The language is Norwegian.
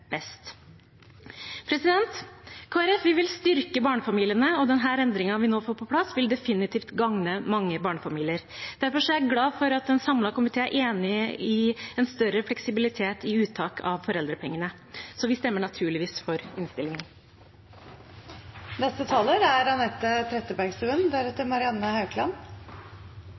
best. Vi i Kristelig Folkeparti vil styrke barnefamiliene, og denne endringen vi nå får på plass, vil definitivt gagne mange barnefamilier. Derfor er jeg glad for at en samlet komité er enig i en større fleksibilitet i uttak av foreldrepengene. Så vi stemmer naturligvis for innstillingen. Vi er